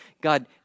God